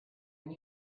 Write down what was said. and